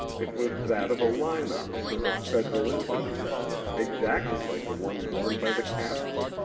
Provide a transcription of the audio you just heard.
it was that of a line officer of federal infantry exactly like the one worn by the captain.